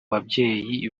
babyeyi